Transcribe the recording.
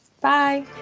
Bye